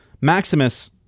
Maximus